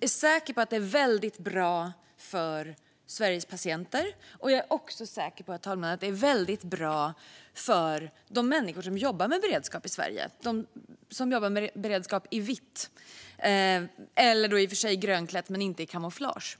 är säker på att det är väldigt bra för Sveriges patienter, och jag är också säger på, herr talman, att det är väldigt bra för de människor som jobbar med beredskap i Sverige, i vitt, i grönklätt men inte i kamouflage.